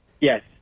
Yes